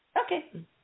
Okay